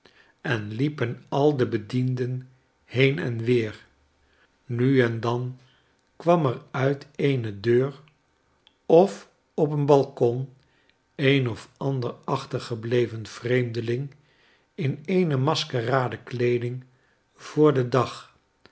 en liepen al de bedienden heen en weer nu en dan kwam er uit eene deur of op een balkon een of ander achtergebleven vreemdeling in eene maskerade kleeding voor den dag